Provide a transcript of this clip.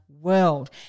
world